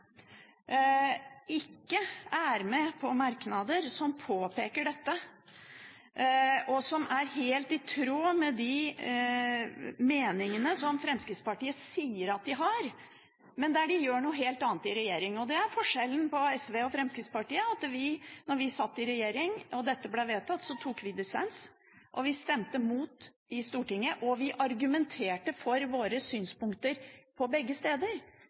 ikke er med på merknader som påpeker dette, noe som er helt i tråd med de meningene som Fremskrittspartiet sier at de har, men der de gjør noe helt annet i regjering. Forskjellen på SV og Fremskrittspartiet er at vi, da vi satt i regjering og dette ble vedtatt, tok dissens. Vi stemte mot i Stortinget, og vi argumenterte for våre synspunkter begge steder.